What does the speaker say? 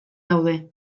daude